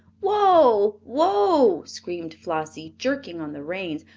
whoa! whoa! screamed flossie, jerking on the reins.